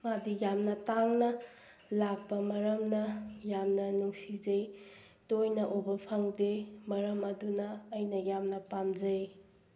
ꯃꯥꯗꯤ ꯌꯥꯝꯅ ꯇꯥꯡꯅ ꯂꯥꯛꯄ ꯃꯔꯝꯅ ꯌꯥꯝꯅ ꯅꯨꯡꯁꯤꯖꯩ ꯇꯣꯏꯅ ꯎꯕ ꯐꯪꯗꯦ ꯃꯔꯝ ꯑꯗꯨꯅ ꯑꯩꯅ ꯌꯥꯝꯅ ꯄꯥꯝꯖꯩ